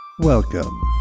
Welcome